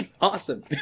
Awesome